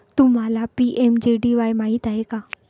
तुम्हाला पी.एम.जे.डी.वाई माहित आहे का?